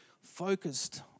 focused